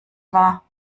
war